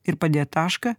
ir padėt tašką